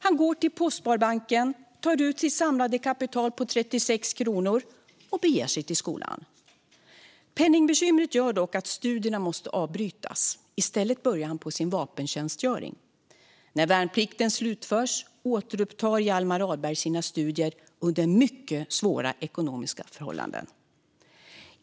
Han går till postsparbanken, tar ut sitt samlade kapital på 36 kronor och beger sig till skolan. Penningbekymren gör att studierna måste avbrytas. I stället börjar han på sin vapentjänstgöring. När värnplikten slutförts återupptar Hjalmar Ahlberg sina studier under mycket svåra ekonomiska förhållanden.